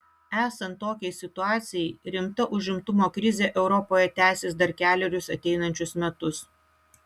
esant tokiai situacijai rimta užimtumo krizė europoje tęsis dar kelerius ateinančius metus